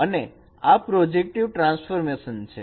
અને આ projective transformation છે